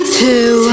two